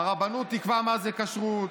הרבנות תקבע מה זה כשרות.